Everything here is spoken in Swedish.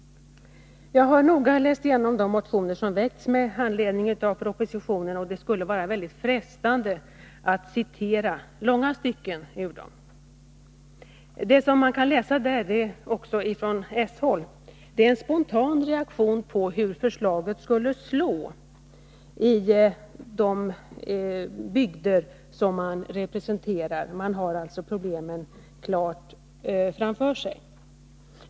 Jag har noga läst igenom alla de motioner som väckts med anledning av propositionen. Det är frestande att citera långa stycken ur dessa motioner. Det man kan utläsa av dem — också av dem som kommer från s-håll — är en spontan reaktion på hur förslaget skulle komma att slå i de bygder som de olika motionärerna, som har problemen inpå sig, representerar.